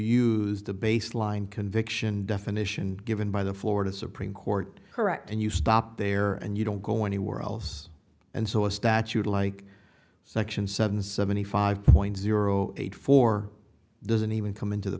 used the baseline conviction definition given by the florida supreme court correct and you stop there and you don't go anywhere else and so a statute like section seven seventy five point zero eight four doesn't even come into the